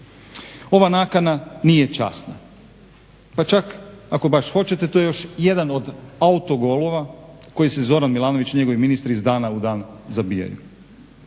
Ova nakana nije časna, pa čak ako baš hoćete to je još jedan od autogolova koji si Zoran Milanović i njegovi ministri iz dana u dan zabijaju.